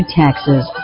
taxes